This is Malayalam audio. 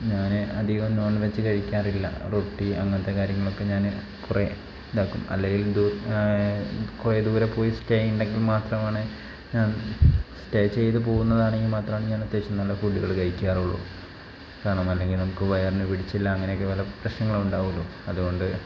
ഞാൻ അധികം നോൺ വെജ് കഴിക്കാറില്ല റൊട്ടി അങ്ങനത്തെ കാര്യങ്ങളൊക്കെ ഞാൻ കുറേ ഇതാക്കും അല്ലെങ്കിൽ കുറേ ദൂരെ പോയി സ്റ്റേ ഉണ്ടെങ്കിൽ മാത്രമാണ് ഞാൻ സ്റ്റേ ചെയ്തു പോകുന്നതാണെങ്കിൽ മാത്രമാണ് ഞാൻ അത്യാവശ്യം നല്ല ഫുഡുകൾ കഴിക്കാറുള്ളൂ കാരണം അല്ലെങ്കിൽ നമുക്ക് വയറിന് പിടിച്ചില്ല അങ്ങനെയൊക്കെ പല പ്രശ്നങ്ങളും ഉണ്ടാവുമല്ലോ അതുകൊണ്ട്